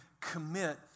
commit